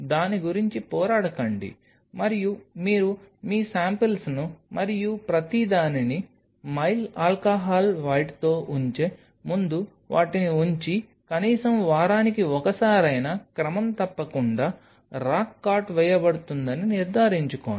దాని గురించి పోరాడకండి మరియు మీరు మీ శాంపిల్స్ను మరియు ప్రతిదానిని మైల్ ఆల్కహాల్ వైట్తో ఉంచే ముందు వాటిని ఉంచి కనీసం వారానికి ఒక్కసారైనా క్రమం తప్పకుండా రాక్ కాటు వేయబడుతుందని నిర్ధారించుకోండి